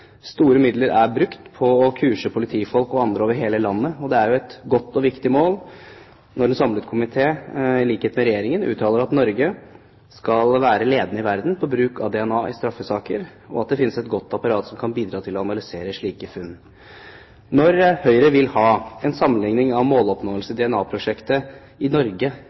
Store midler er brukt på å kurse politifolk og andre over hele landet. Det er et godt og viktig mål når en samlet komité, i likhet med Regjeringen, uttaler at Norge skal være ledende i verden på bruk av DNA i straffesaker, og at det finnes et godt apparat som kan bidra til å analysere slike funn. Når Høyre vil ha en sammenligning av måloppnåelse i DNA-prosjektet og sammenligne Norge